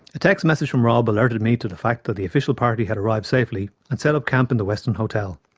a text message from rob alerted me to the fact that the official party had arrived safely and set up camp in the westin hotel.